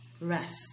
rest